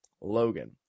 Logan